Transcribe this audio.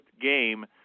game